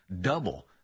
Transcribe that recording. Double